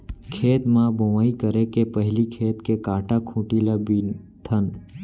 खेत म बोंवई करे के पहिली खेत के कांटा खूंटी ल बिनथन